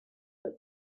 but